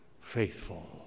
faithful